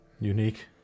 unique